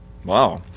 Wow